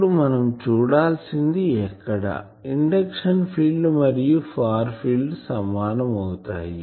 ఇప్పుడు మనం చుడాలిసింది ఎక్కడ ఇండక్షన్ ఫీల్డ్ మరియు ఫార్ ఫీల్డ్ సమానం అవుతాయి